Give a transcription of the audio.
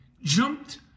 jumped